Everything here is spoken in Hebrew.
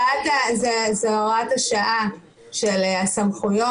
-- זו הוראת השעה של הסמכויות,